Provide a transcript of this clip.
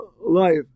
life